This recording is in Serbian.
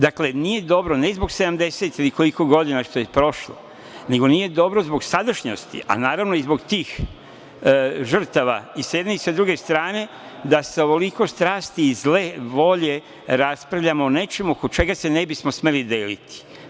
Dakle, nije dobro, ne zbog 70 ili koliko godina što je prošlo, nego nije dobro zbog sadašnjosti, a naravno i zbog tih žrtava i sa jedne i sa druge strane, da sa ovoliko strasti i zle volje raspravljamo o nečemu oko čega se ne bismo smeli deliti.